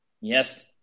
Yes